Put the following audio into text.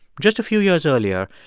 just a few years earlier,